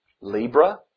Libra